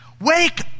Wake